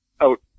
out